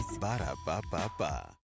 Ba-da-ba-ba-ba